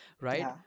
right